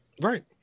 Right